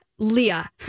Leah